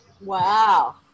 wow